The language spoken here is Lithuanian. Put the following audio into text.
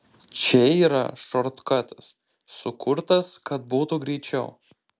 čia yra šortkatas sukurtas kad būtų greičiau